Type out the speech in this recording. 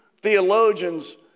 theologians